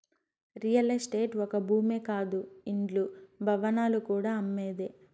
real estate ఒక్క భూమే కాదు ఇండ్లు, భవనాలు కూడా అమ్మేదే